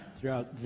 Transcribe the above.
throughout